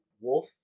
Wolf